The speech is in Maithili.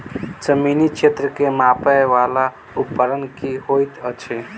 जमीन क्षेत्र केँ मापय वला उपकरण की होइत अछि?